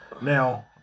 Now